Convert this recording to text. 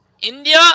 India